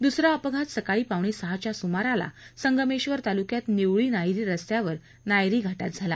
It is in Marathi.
दुसरा अपघात सकाळी पावणेसहाच्या सूमाराला संगमेश्वर तालुक्यात निवळी नायरी रस्त्यावर नायरी घाटात झाला